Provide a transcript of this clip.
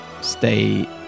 Stay